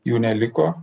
jų neliko